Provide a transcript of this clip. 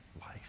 life